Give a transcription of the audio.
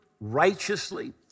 righteously